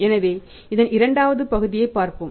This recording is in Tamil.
எனவே இதன் இரண்டாவது பகுதியை பார்ப்போம்